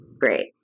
Great